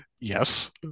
Yes